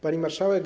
Pani Marszałek!